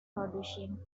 producing